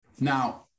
Now